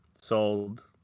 sold